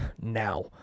now